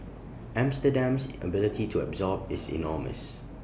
Amsterdam's ability to absorb is enormous